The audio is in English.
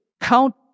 count